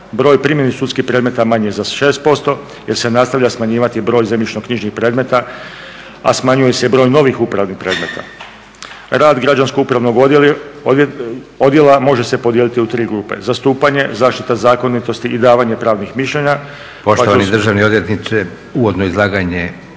Broj primljenih sudskih predmeta manji je za 6% jer se nastavlja smanjivati broj zemljišno knjižnih predmeta, a smanjuje se i broj novih upravnih predmeta. Rad građansko upravnog odjela može se podijeliti u 3 grupe, zastupanje, zaštita zakonitosti i davanje pravnih mišljenja… **Leko, Josip (SDP)** Poštovani državni odvjetniče, uvodno izlaganje